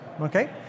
Okay